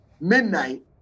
midnight